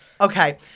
okay